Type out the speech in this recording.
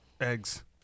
Eggs